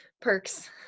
Perks